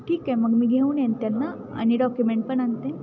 ठीक आहे मग मी घेऊन येईन त्यांना आणि डॉक्युमेंट पण आणते